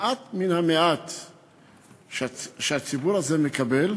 יש מעט מן המעט שהציבור הזה מקבל,